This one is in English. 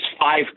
five